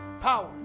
power